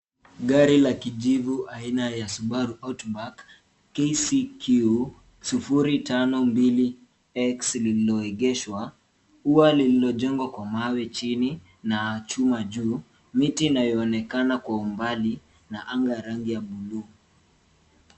Gari la kijuvi aina ya Subaru Outback KCQ 052X lililoegeshwa, ua lililo jengwa kwa mawe chini na chuma juu. Miti inayoonekana kwa umbali na anga ya rangi ya bluu.